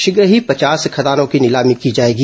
शीघ्र ही पचास खदानों की नीलामी की जाएगी